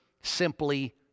simply